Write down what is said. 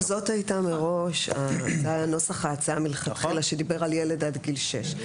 זאת הייתה מראש ההצעה לנוסח ההצעה מלכתחילה שדיבר על ילד עד גיל שש.